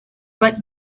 but